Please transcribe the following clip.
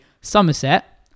somerset